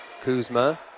Kuzma